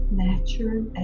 natural